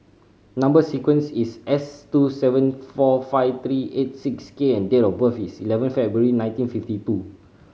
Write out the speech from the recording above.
number sequence is S two seven four five three eight six K and date of birth is eleven February nineteen fifty two